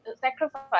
sacrifice